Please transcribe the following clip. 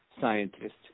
scientist